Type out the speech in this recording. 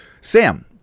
Sam